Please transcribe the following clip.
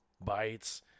bites